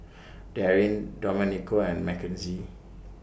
Darin Domenico and Makenzie